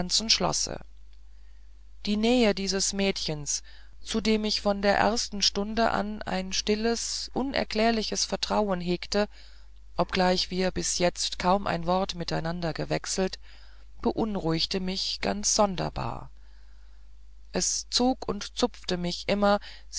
schlosse die nähe dieses mädchens zu dem ich von der ersten stunde an ein stilles unerklärliches vertrauen hegte obgleich wir bis jetzt kaum ein wort miteinander gewechselt beunruhigte mich ganz sonderbar es zog und zupfte mich immer